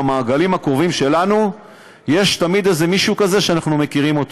במעגלים הקרובים שלנו יש תמיד איזה מישהו כזה שאנחנו מכירים.